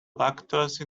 lactose